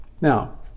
Now